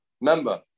member